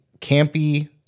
campy